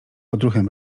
odruchem